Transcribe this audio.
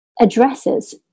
addresses